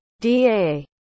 DA